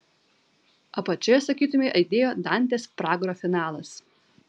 apačioje sakytumei aidėjo dantės pragaro finalas